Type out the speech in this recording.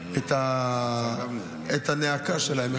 את הנאקה שלהם,